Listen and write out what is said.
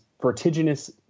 vertiginous